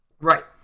Right